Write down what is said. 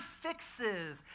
fixes